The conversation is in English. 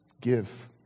Give